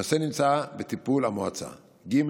הנושא נמצא בטיפול המועצה, ג.